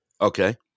Okay